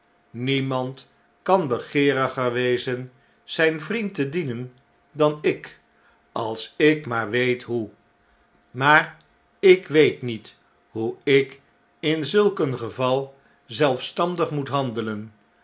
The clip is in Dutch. niemand kan begeeriger wezen zijn vriend te dienen dan ik als ik maar weet hoe maar ik weet niet hoe ik in zulk een geval zelfstandig moet handelen